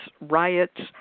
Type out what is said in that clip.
riots